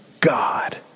God